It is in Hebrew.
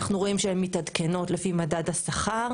אנחנו רואים שהן מתעדכנות לפי מדד השכר.